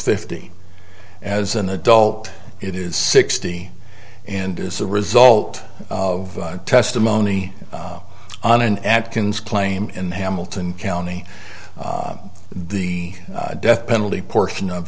fifty as an adult it is sixty and as a result of testimony on an atkins claim in hamilton county the death penalty portion of